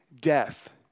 death